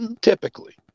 Typically